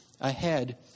ahead